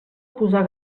posar